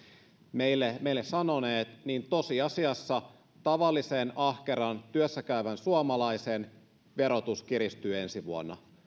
meille meille puhuneet tosiasiassa tavallisen ahkeran työssäkäyvän suomalaisen verotus kiristyy ensi vuonna